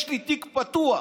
יש לי תיק פתוח,